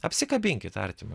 apsikabinkit artimą